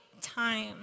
time